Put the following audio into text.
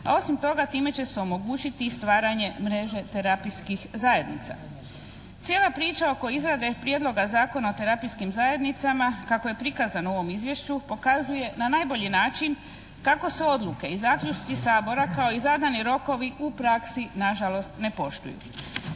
a osim toga time će se omogućiti i stvaranje mreže terapijskih zajednica. Cijela priča oko izrade Prijedloga Zakona o terapijskim zajednicama kako je prikazano u ovom izvješću pokazuje na najbolji način kako se odluke i zaključci Sabora kao i zadani rokovi u praksi na žalost ne poštuju.